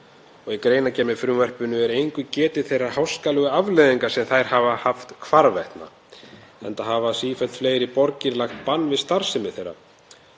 og í greinargerð með frumvarpinu er í engu getið þeirra háskalegu afleiðinga sem þær hafa haft hvarvetna, enda hafa sífellt fleiri borgir lagt bann við starfsemi þeirra.